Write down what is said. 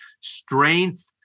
strength